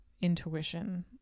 intuition